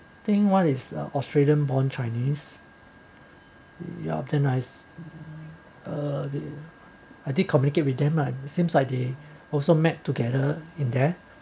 think what is a australian born chinese ya very nice uh I did communicate with them lah seems like they also met together in there